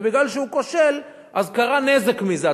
ובגלל שהוא היה כושל קרה נזק מזה.